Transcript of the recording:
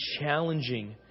challenging